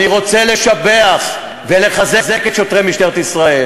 אני רוצה לשבח ולחזק את שוטרי משטרת ישראל,